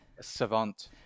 savant